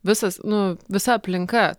visas nu visa aplinka